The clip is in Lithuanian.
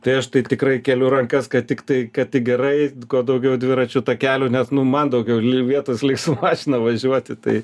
tai aš tai tikrai keliu rankas kad tiktai kad tik gerai kuo daugiau dviračių takelių nes nu man daugiau vietos liks su mašina važiuoti tai